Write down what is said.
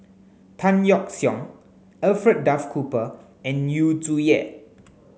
Tan Yeok Seong Alfred Duff Cooper and Yu Zhuye